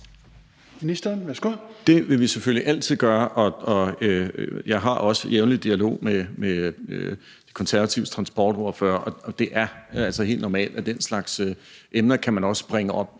Det vil vi selvfølgelig altid gøre, og jeg har også jævnligt dialog med Konservatives transportordfører. Og det er altså helt normalt, at den slags emner også kan bringes op